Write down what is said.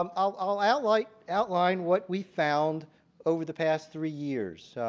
um i'll i'll like outline what we found over the past three years.